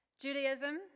Judaism